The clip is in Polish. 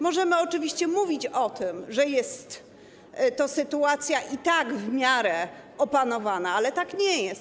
Możemy oczywiście mówić o tym, że jest to sytuacja i tak w miarę opanowana, ale tak nie jest.